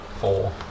Four